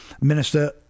minister